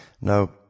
Now